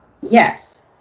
Yes